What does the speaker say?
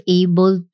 able